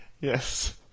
Yes